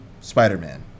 Spider-Man